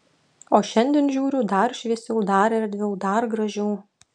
o šiandien žiūriu dar šviesiau dar erdviau dar gražiau